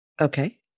Okay